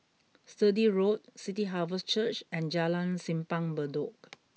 Sturdee Road City Harvest Church and Jalan Simpang Bedok